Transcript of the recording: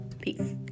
Peace